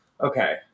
Okay